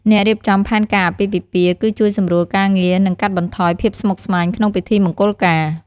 អ្នករៀបចំផែនការអាពាហ៍ពិពាហ៍ គឹជួយសម្រួលការងារ និងកាត់បន្ថយភាពស្មុគស្មាញវក្នុងពិធីមង្គលការ។